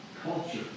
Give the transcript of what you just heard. culture